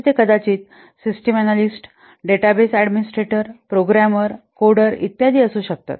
ते कदाचित system analyst database administrator programmer coder इत्यादि असू शकतात